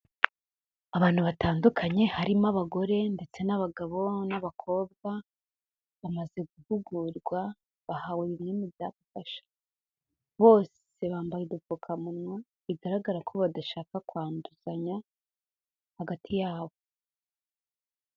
Abantu batandukanye harimo abagore ndetse n'abagabo n'abakobwa, bamaze guhugurwa bahawe ibinini byabafasha. Bose bambaye udupfukamunwa bigaragara ko badashaka kwanduzanya hagati yabo.